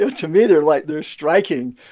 so to me, they're like they're striking.